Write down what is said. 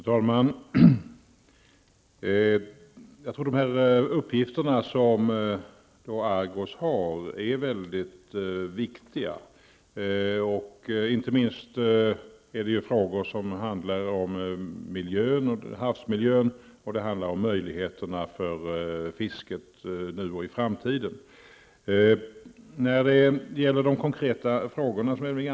Fru talman! Argos uppgifter är väldigt viktiga, inte minst för havsmiljön och möjligheterna för fisket nu och i framtiden. Elving Andersson ställde två konkreta frågor.